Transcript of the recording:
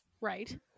right